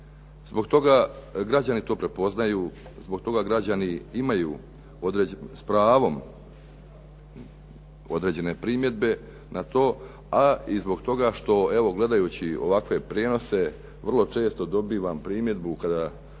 zbog toga građani to prepoznaju, zbog toga građani imaju s pravom određene primjedbe na to a i zbog toga što evo gledajući ovakve prijenose vrlo često dobivam primjedbu kada